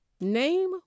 Name